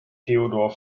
theodor